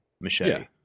machete